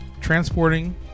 transporting